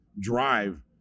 drive